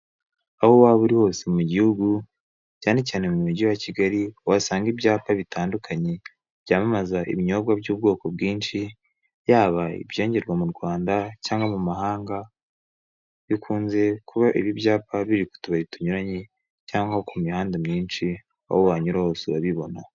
Aho waba uri hose mu gihugu, cyane cyane mu mugi wa Kigali. Uhasanga ibyapa bitandukanye, byamamaza ibinyobwa by'ubwoko bwinshi, yaba ibyengerwa mu Rwanda cyangwa mu mahanga. Bikunze kuba ibi byapa ku tubari tunyuranye cyangwa ku mihanda myinshi, aho wanyura hose urabibona.